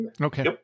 Okay